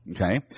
Okay